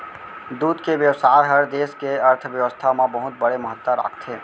दूद के बेवसाय हर देस के अर्थबेवस्था म बहुत बड़े महत्ता राखथे